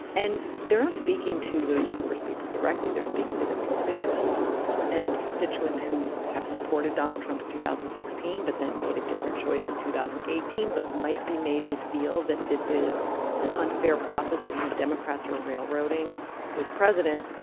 and they're not speaking to those congresspeople directly. they're speaking to their constituents and constituents who have supported donald trump two thousand and sixteen, but then made a different choice in two thousand and eighteen, but might be made to feel that this is an unfair process and the democrats are railroading this president.